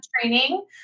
training